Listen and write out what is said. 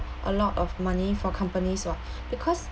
a lot of money for companies [what] because